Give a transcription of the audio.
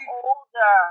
older